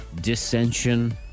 Dissension